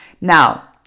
now